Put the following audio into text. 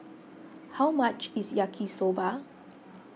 how much is Yaki Soba